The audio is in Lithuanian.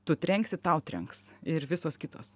tu trenksi tau trenks ir visos kitos